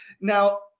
now